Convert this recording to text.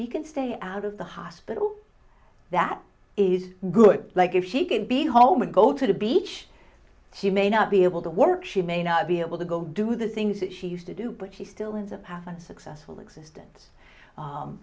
if he can stay out of the hospital that is good like if she can be home and go to the beach she may not be able to work she may not be able to go do the things that she used to do but he still is a path and successful existence